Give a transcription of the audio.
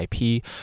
IP